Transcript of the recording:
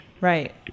right